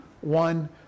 one